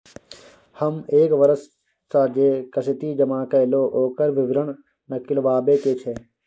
हम एक वर्ष स जे किस्ती जमा कैलौ, ओकर विवरण निकलवाबे के छै?